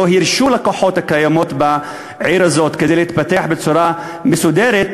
לא הרשו לכוחות הקיימים בעיר הזאת להתפתח בצורה מסודרת,